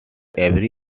every